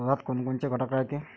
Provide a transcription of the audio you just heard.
दुधात कोनकोनचे घटक रायते?